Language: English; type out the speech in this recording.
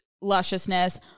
lusciousness